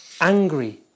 Angry